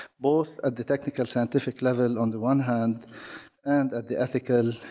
both at the technical, scientific level on the one hand and at the ethical,